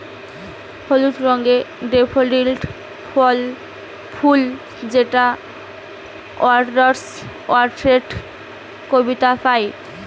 হলুদ রঙের ডেফোডিল ফুল যেটা ওয়ার্ডস ওয়ার্থের কবিতায় পাই